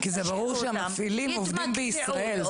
כי זה ברור שהמפעילים עובדים בישראל.